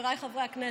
חבריי חברי הכנסת,